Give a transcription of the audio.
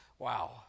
Wow